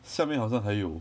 下面好像还有